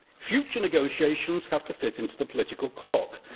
future negotiations have to fit into the political clock,